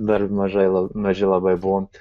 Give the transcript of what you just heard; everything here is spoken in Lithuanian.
dar mažai la maži labai buvom